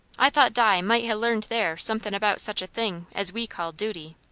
i thought di might ha' learned there something about such a thing as we call duty.